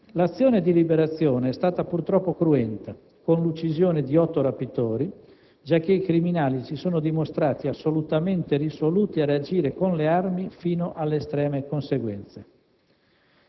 L'azione di liberazione è stata purtroppo cruenta, con l'uccisione di otto rapitori, giacché i criminali si sono dimostrati assolutamente risoluti a reagire con le armi fino alle estreme conseguenze.